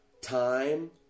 time